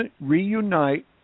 reunite